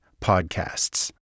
podcasts